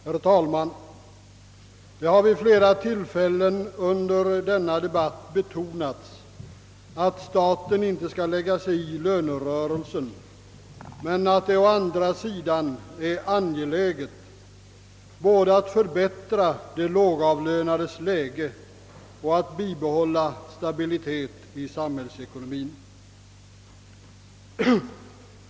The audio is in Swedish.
Herr talman! Det har vid flera tillfällen under denna debatt betonats, att staten inte skall lägga sig i lönerörelsen men att det å andra sidan är angeläget både att förbättra de lågavlönades läge och att bibehålla stabilitet i samhällsekonomien.